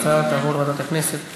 ההצעה תעבור לוועדת הכנסת להחלטה.